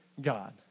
God